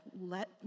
let